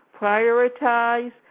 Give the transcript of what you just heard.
prioritize